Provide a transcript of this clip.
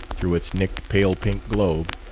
through its nicked, pale-pink globe,